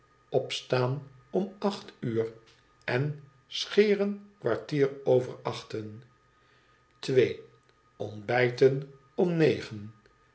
opstaan om acht uur scheren kwartier over achten ontbijten om negen